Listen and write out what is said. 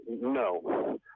no